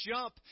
jump